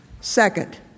Second